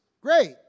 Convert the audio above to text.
Great